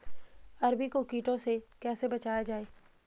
अरबी को कीटों से कैसे बचाया जाए?